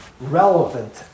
relevant